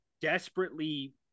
desperately